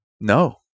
No